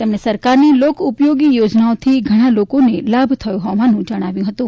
તેમણે સરકારની લોકોપયોગી યોજનાઓથી ઘણા લોકોને લાભ થયો હોવાનું જણાવ્યું હતું